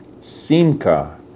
simka